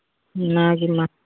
ᱚᱱᱟ ᱜᱮ ᱢᱟ